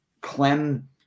Clem